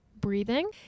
breathing